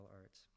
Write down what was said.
arts